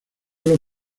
los